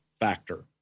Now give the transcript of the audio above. factor